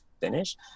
finish